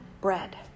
bread